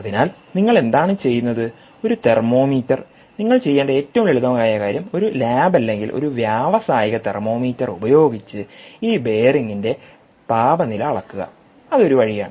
അതിനാൽനിങ്ങൾ എന്താണ് ചെയ്യുന്നത് ഒരു തെർമോമീറ്റർ നിങ്ങൾ ചെയ്യേണ്ട ഏറ്റവും ലളിതമായ കാര്യം ഒരു ലാബ് അല്ലെങ്കിൽ ഒരു വ്യാവസായിക തെർമോമീറ്റർ ഉപയോഗിച്ച് ഈ ബെയറിംഗിന്റെ താപനില അളക്കുക അത് ഒരു വഴിയാണ്